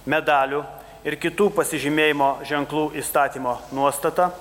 medalių ir kitų pasižymėjimo ženklų įstatymo nuostata